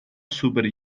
super